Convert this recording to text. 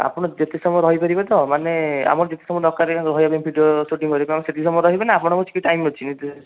ଆପଣ ଯେତେ ସମୟ ରହିପାରିବେ ତ ମାନେ ଆମର ଯେତେ ସମୟ ଦରକାରେ ରହିବା ପାଇଁ ଭିଡ଼ିଓ ସୁଟିଂ କରିବା ପାଇଁ କାରଣ ସେତିକି ସମୟ ରହିବେ ନା ଆପଣଙ୍କର କିଛି ଟାଇମ୍ ଅଛି